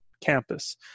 campus